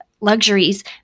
luxuries